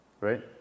right